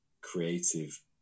creative